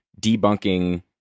debunking